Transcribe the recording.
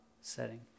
setting